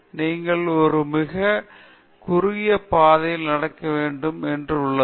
நீங்கள் ஒரு மிக குறுகிய பாதையில் நடக்க வேண்டும் என்று உள்ளது